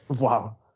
Wow